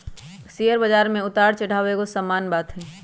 share बजार में उतार चढ़ाओ एगो सामान्य बात हइ